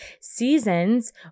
seasons